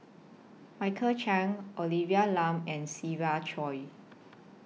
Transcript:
Michael Chiang Olivia Lum and Siva Choy